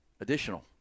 Additional